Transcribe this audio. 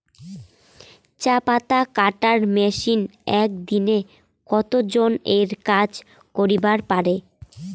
চা পাতা কাটার মেশিন এক দিনে কতজন এর কাজ করিবার পারে?